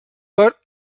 per